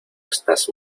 estás